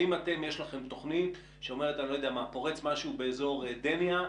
האם יש לכם תוכנית שאומרת שפורץ משהו באזור דניה,